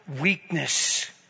weakness